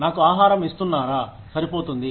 నాకు పరిహారం ఇస్తున్నారా సరిపోతుంది